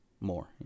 more